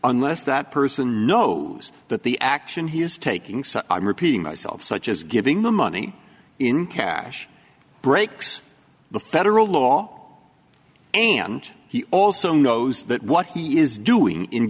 unless that person knows that the action he is taking so i'm repeating myself such as giving the money in cash breaks the federal law and he also knows that what he is doing in